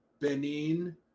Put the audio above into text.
Benin